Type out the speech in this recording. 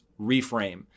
reframe